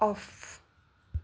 off